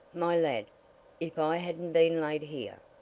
my lad if i hadn't been laid here.